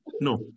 No